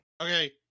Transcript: Okay